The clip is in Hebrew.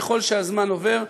ככל שהזמן עובר,